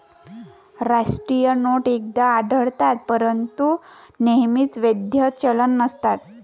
राष्ट्रीय नोट अनेकदा आढळतात परंतु नेहमीच वैध चलन नसतात